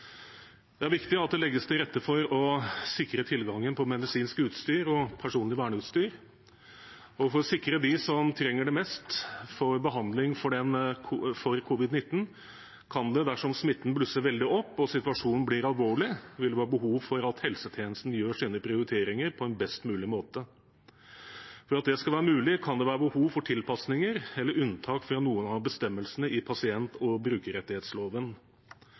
Det er viktig at det legges til rette for å sikre tilgangen på medisinsk utstyr og personlig verneutstyr. For å sikre dem som trenger det mest ved behandling for covid-19, vil det, dersom smitten blusser veldig opp og situasjonen blir alvorlig, være behov for at helsetjenesten gjør sine prioriteringer på en best mulig måte. For at det skal være mulig, kan det være behov for tilpasninger eller unntak fra noen av bestemmelsene i pasient- og brukerrettighetsloven.